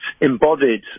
embodied